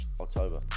October